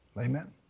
Amen